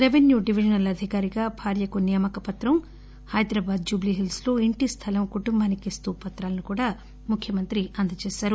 revenue divisional అధికారిగా భార్యకు నియామక పత్రం జుబ్లీహిల్స్ లో ఇంటిస్టలం కుటుంబానికి ఇస్తూ పత్రాలను కూడా ముఖ్యమంత్రి అందచేశారు